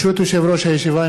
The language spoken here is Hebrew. ברשות יושב-ראש הישיבה,